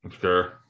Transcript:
sure